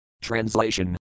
Translation